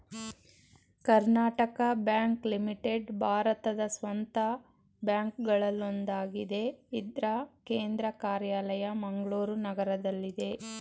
Karnataka bank limited ಭಾರತದ ಸ್ವಂತ ಬ್ಯಾಂಕ್ಗಳಲ್ಲೊಂದಾಗಿದೆ ಇದ್ರ ಕೇಂದ್ರ ಕಾರ್ಯಾಲಯ ಮಂಗಳೂರು ನಗರದಲ್ಲಿದೆ